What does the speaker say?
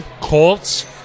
Colts